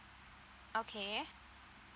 okay